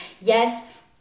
yes